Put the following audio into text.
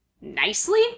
nicely